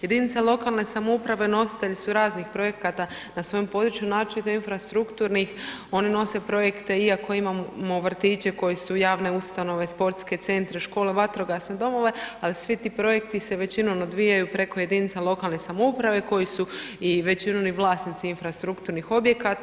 Jedinica lokalne samouprave nositelji su raznih projekata na svom području naročito infrastrukturnih oni nosi projekte iako imamo vrtiće koji su javne ustanove, sportske centre, škole, vatrogasne domove, ali svi ti projekti se većinom odvijaju preko jedinica lokalne samouprave koji su i većinom i vlasnici infrastrukturnih objekata.